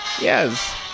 Yes